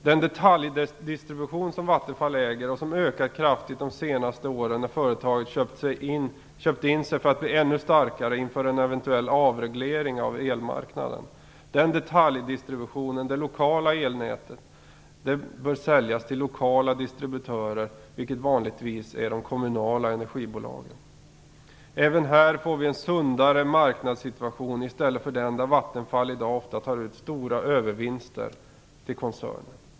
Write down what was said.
Den detaljdistribution, det lokala elnät, som Vattenfall äger och som ökat kraftigt de senaste åren när företaget köpt in sig för att bli ännu starkare inför en eventuell avreglering av elmarknaden bör säljas till lokala distributörer, vilket vanligtvis är de kommunala energibolagen. Även här får vi en sundare marknadssituation i stället för den där Vattenfall i dag ofta tar ut stora övervinster till koncernen.